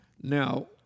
Now